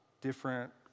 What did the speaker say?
different